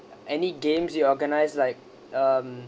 any games you organise like um